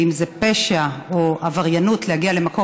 אם זה פשע או עבריינות להגיע למקום